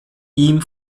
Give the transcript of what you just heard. ihm